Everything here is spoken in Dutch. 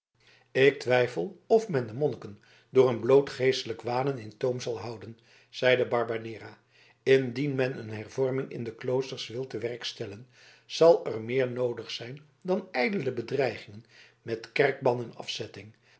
ik twijfel of men de monniken door een bloot geestelijk wanen in toom zal houden zeide barbanera indien men een hervorming in de kloosters wil te werk stellen zal er meer noodig zijn dan ijdele bedreigingen met kerkban en afzetting